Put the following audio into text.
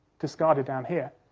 discarded down here.